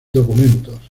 documentos